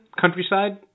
countryside